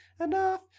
enough